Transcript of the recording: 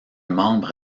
membre